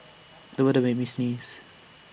the weather made me sneeze